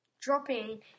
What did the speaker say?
dropping